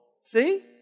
see